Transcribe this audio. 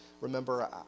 remember